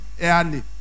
early